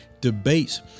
debates